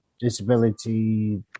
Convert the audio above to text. disability